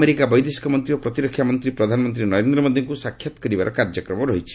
America ବୈଦେଶିକ ମନ୍ତ୍ରୀ ଓ ପ୍ରତିରକ୍ଷା ମନ୍ତ୍ରୀ ପ୍ରଧାନମନ୍ତ୍ରୀ ନରେନ୍ଦ୍ର ମୋଦିଙ୍କୁ ସାକ୍ଷାତ କରିବାର କାର୍ଯ୍ୟକ୍ରମ ରହିଛି